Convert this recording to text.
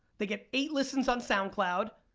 they get eight listens on soundcloud,